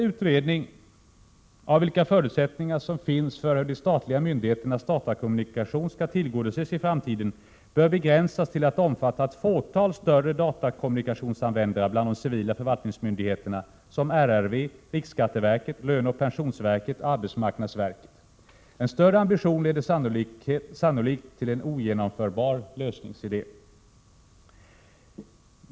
Utredningen av vilka förutsättningar som finns för hur de statliga myndigheternas datakommunikation skall tillgodoses i framtiden bör begränsas till att omfatta ett fåtal större datakommunikationsanvändare bland de civila förvaltningsmyndigheterna, såsom RRV, riksskatteverket, löneoch pensionsverket och arbetsmarknadsverket. En större ambition leder sannolikt till en ogenomförbar lösningsidé.